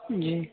جی